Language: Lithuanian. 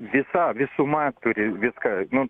visa visuma turi viską nu